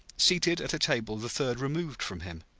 seated at a table the third removed from him,